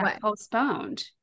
postponed